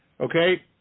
okay